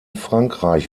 frankreich